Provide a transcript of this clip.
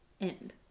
end